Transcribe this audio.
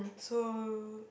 so